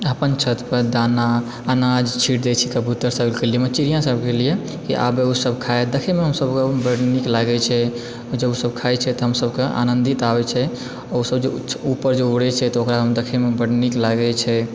अपन छतपर दाना अनाज छींट दय छी कबूतर सभके लिअ मतलब चिड़िआ सभकऽ लिअ कि आबय ओसभ खाय देखयमऽ हम सभ ओ सभकऽ बड्ड नीक लागैत छै जब ओसभ खाइत छै तऽ हमसभकऽ आनंदित आबैत छै ओसभ जे ऊपर जे उड़ैत छै तऽ ओकरा देखयमऽ बड्ड नीक लागैत छै